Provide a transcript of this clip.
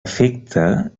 efecte